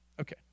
Okay